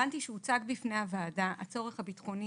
הבנתי שהוצג בפני הוועדה הצורך הביטחוני